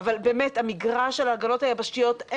המגרש של ההגנות היבשתיות,